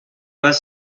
was